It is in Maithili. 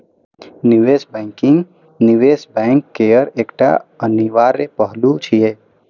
निवेश बैंकिंग निवेश बैंक केर एकटा अनिवार्य पहलू छियै